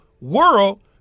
world